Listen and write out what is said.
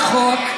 מטרתו של החוק,